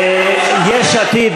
יש עתיד.